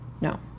no